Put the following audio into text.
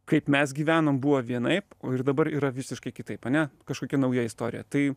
kaip mes gyvenom buvo vienaip o ir dabar yra visiškai kitaip ane kažkokia nauja istorija tai